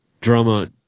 Drama